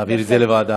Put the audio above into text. להעביר את זה לוועדה?